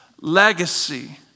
legacy